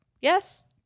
Yes